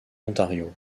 ontario